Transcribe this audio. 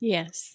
Yes